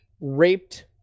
raped